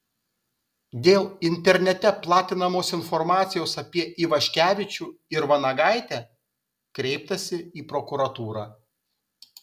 dėl internete platinamos informacijos apie ivaškevičių ir vanagaitę kreiptasi į prokuratūrą